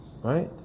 Right